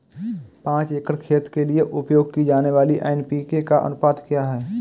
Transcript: पाँच एकड़ खेत के लिए उपयोग की जाने वाली एन.पी.के का अनुपात क्या है?